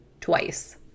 twice